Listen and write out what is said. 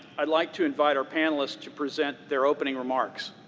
i'd like to invite our panelists to present their opening remarks.